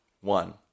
one